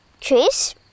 Trees